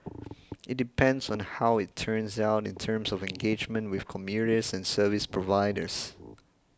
it depends on how it turns out in terms of engagement with commuters and service providers